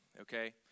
Okay